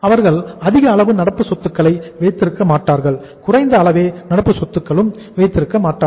அவர்கள் அதிக அளவு நடப்பு சொத்துக்களை வைத்திருக்க மாட்டார்கள் குறைந்த அளவு நடப்பு சொத்துக்களையும் வைத்திருக்க மாட்டார்கள்